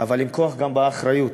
אבל עם הכוח גם באה האחריות.